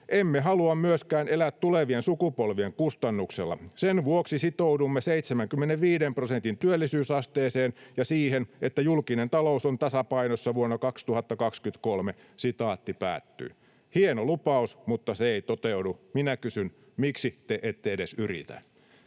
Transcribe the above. "Emme halua myöskään elää tulevien sukupolvien kustannuksella: sen vuoksi sitoudumme 75 prosentin työllisyysasteeseen ja siihen, että julkinen talous on tasapainossa vuonna 2023." Hieno lupaus, mutta se ei toteudu. Minä kysyn: miksi te ette edes yritä?